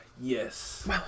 Yes